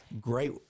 Great